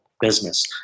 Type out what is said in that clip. business